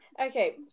Okay